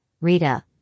Rita